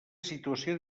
situació